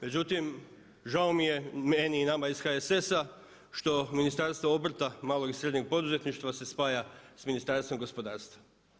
Međutim, žao mi je, meni i nama iz HSS-a što Ministarstvo obrta, malog i srednjeg poduzetništva se spaja s Ministarstvom gospodarstva.